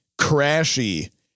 Crashy